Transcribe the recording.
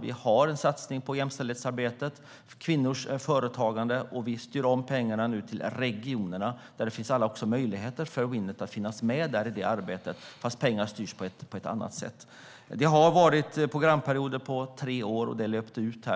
viktigt. Vi har en satsning på jämställdhetsarbetet och kvinnors företagande, och vi styr nu om pengarna till regionerna. Det finns alla möjligheter för Winnet att finnas med i det arbetet, fast pengarna styrs på ett annat sätt. Det har varit programperioder på tre år, och detta löpte nu ut.